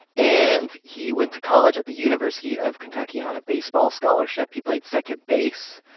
and he went to college at the university of kentucky on a baseball scholarship. he played second base.